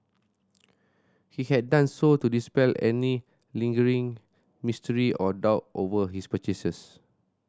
he had done so to dispel any lingering mystery or doubt over his purchases